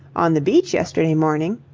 on the beach yesterday morning.